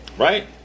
Right